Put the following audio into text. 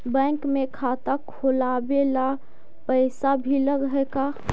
Bank में खाता खोलाबे ल पैसा भी लग है का?